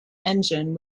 engine